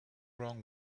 wrong